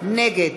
נגד